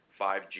5G